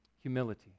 Humility